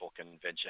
convention